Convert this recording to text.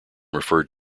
referred